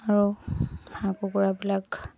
আৰু হাঁহ কুকুৰাবিলাক